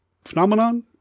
phenomenon